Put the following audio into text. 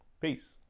Peace